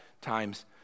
times